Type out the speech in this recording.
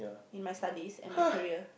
in my studies in my career